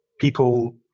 people